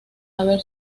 haber